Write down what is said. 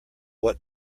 what